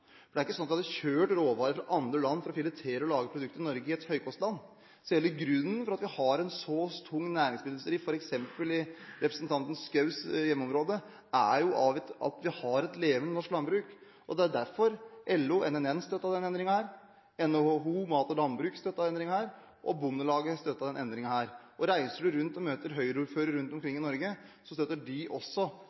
Det er ikke slik at vi hadde kjørt råvarer fra andre land for å filetere og lage produktet i Norge – et høykostland. Hele grunnen til at vi har en så tung næringsmiddelindustri, f.eks. i representanten Schous hjemmeområde, er at vi har et levende norsk landbruk. Det er derfor LO, NNN, NHO Mat og Landbruk og Bondelaget støtter denne endringen. Reiser du rundt og møter Høyre-ordførere rundt omkring i Norge, støtter også de